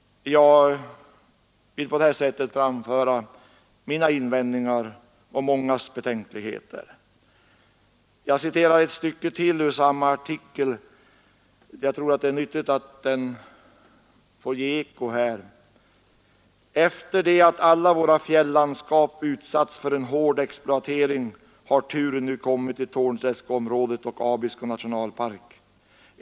Jag vill på detta sätt framföra mitt och många andras invändningar och betänkligheter. Jag citerar ett stycke till ur samma artikel, jag tror det är nyttigt att den få ge eko här: ”Efter det att alla våra fjällandskap utsatts för en hård exploatering har turen nu kommit till Torneträskområdet och Abisko nationalpark.